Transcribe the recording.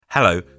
Hello